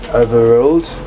overruled